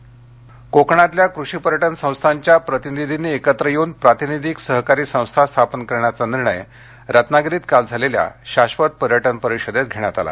पर्यटन परिषद रत्नागिरी कोकणातलल्या कृषी पर्यटन संस्थांच्या प्रतिनिधींनी एकत्र येऊन प्रातिनिधिक सहकारी संस्था स्थापन करण्याचा निर्णय रत्नागिरीत काल झालेल्या शाक्षत पर्यटन परिषदेत घेण्यात आला